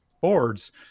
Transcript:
boards